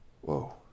Whoa